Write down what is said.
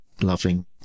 loving